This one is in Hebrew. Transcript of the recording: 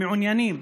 מעוניינים